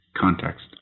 context